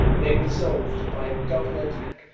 they resolved, by a double attack,